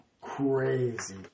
Crazy